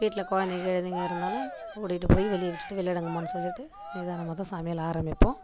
வீட்டில் குழந்தைங்க கிழந்தைங்க இருந்தாலும் கூட்டிட்டு போய் வெளியே விட்டுட்டு விளையாடுங்கம்மான்னு சொல்லிவிட்டு நிதானமாக தான் சமையல் ஆரம்மிப்போம்